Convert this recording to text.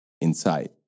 inside